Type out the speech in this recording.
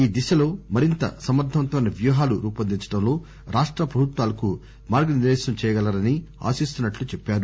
ఈ దిశలో మరింత సమర్దవంతమైన వ్యూహాలు రూపొందించడంలో రాష్టప్రభుత్వాలకు మార్గనిర్దేశం చేయగలరని ఆశిస్తున్నట్లు చెప్పారు